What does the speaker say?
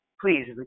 please